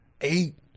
eight